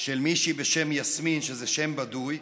של מישהי בשם יסמין, שזה שם בדוי.